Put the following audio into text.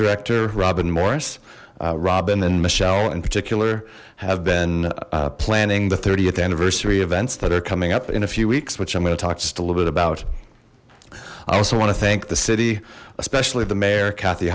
director robyn morris robyn and michelle in particular have been planning the th anniversary events that are coming up in a few weeks which i'm going to talk just a little bit about i also want to thank the city especially the mayor kat